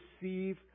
receive